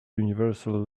universal